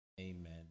Amen